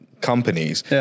companies